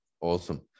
awesome